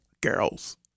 girls